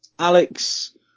Alex